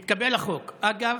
התקבל החוק, אגב,